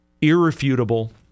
irrefutable